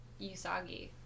Usagi